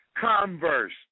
Converse